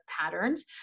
patterns